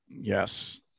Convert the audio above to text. Yes